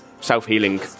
self-healing